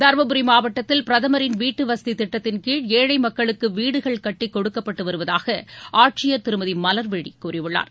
தருமபுரி மாவட்டத்தில் பிரதமரின் வீட்டுவசதி திட்டத்தின்கீழ் ஏழை மக்களுக்கு வீடுகள் கட்டி கொடுக்கப்பட்டு வருவதாக ஆட்சியர் திருமதி மலர்விழி கூறியுள்ளார்